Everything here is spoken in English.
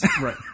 Right